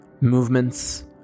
movements